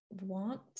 want